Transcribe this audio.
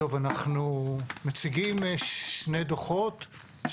אנחנו מציגים שני דוחות,